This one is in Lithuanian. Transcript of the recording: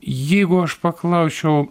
jeigu aš paklausčiau